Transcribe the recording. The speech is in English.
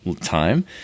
time